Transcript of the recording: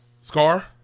Scar